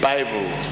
Bible